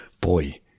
boy